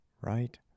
Right